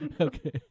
Okay